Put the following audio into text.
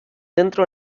dentro